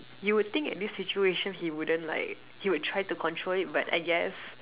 you would think at this situation he wouldn't like he would try to control it but I guess